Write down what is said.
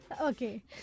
Okay